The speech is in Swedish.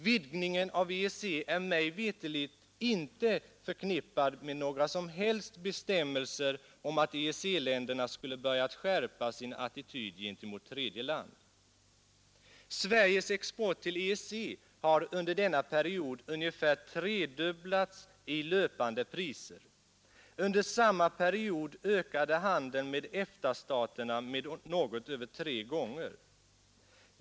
Vidgningen av EEC är mig veterligt inte förknippad med några som helst bestämmelser om att EEC-länderna skulle börja skärpa sin attityd gentemot tredje land. Sveriges export till EEC har under denna period ungefär tredubblats i löpande priser. Under samma period ökade handeln med EFTA-staterna med något över tre gånger.